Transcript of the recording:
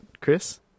Chris